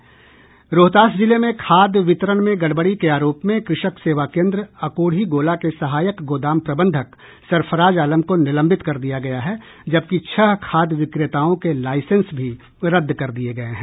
रोहतास जिले में खाद वितरण में गड़बड़ी के आरोप में कृषक सेवा केन्द्र अकोढ़ीगोला के सहायक गोदाम प्रबंधक सरफराज आलम को निलंबित कर दिया गया है जबकि छह खाद विक्रेताओं के लाईसेंस भी रद्द कर दिये गये हैं